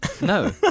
No